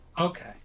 okay